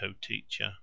Teacher